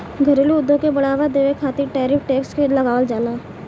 घरेलू उद्योग के बढ़ावा देबे खातिर टैरिफ टैक्स के लगावल जाला